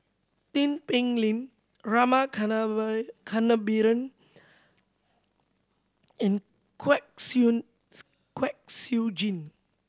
Tin Pei Ling Rama Kannabiran and Kwek Siew Kwek Siew Jin